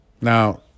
Now